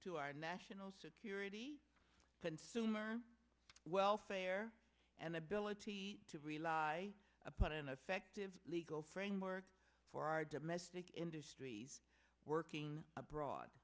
to our national security consumer welfare and ability to rely upon an effective legal framework for our domestic industries working abroad